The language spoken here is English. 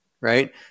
right